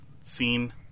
scene